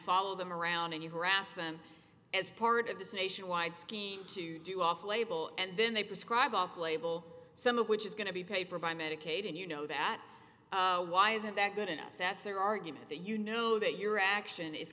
follow them around and you harass them as part of this nationwide scheme to do off label and then they prescribe off label some of which is going to be paid for by medicaid and you know that why isn't that good enough that's their argument that you know that your action is